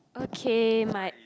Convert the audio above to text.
okay my